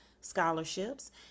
Scholarships